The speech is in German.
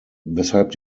weshalb